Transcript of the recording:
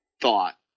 thought